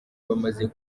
bamaze